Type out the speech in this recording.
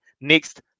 next